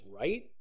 right